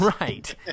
Right